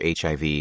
HIV